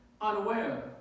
unaware